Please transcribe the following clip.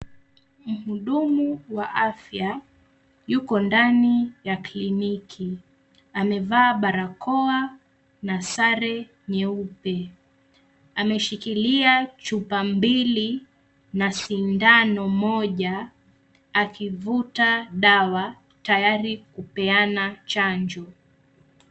Mhudumu wa afya yuko ndani ya kliniki, amevaa barakoa na sare nyeupe. Ameshikilia chupa mbili na sindano moja; akivuta dawa tayari kupeana chanjo.